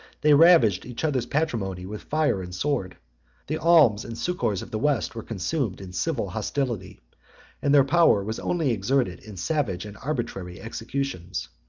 they ravaged each other's patrimony with fire and sword the alms and succors of the west were consumed in civil hostility and their power was only exerted in savage and arbitrary executions.